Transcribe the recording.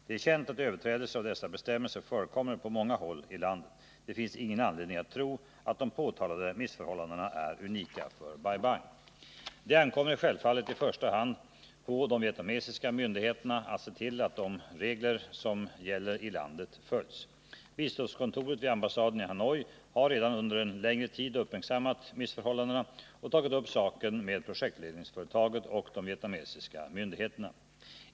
Det är känt att överträdelser av dessa bestämmelser förekommer på många håll i landet. Det finns ingen anledning att tro att de påtalade missförhållandena är unika för Bai Bang. Det ankommer självfallet i första hand på de vietnamesiska myndigheterna att se till att de regler som gäller i landet följs. Biståndskontoret vid ambassaden i Hanoi har redan under en längre tid uppmärksammat missförhållandena och tagit upp saken med projektledningsföretaget och de vietnamesiska myndigheterna.